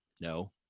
no